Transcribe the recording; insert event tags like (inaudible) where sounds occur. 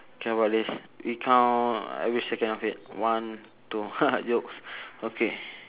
K how about this we count every second of it one two (laughs) jokes okay